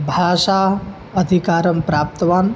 भाषा अधिकारं प्राप्तवान्